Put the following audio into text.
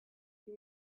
you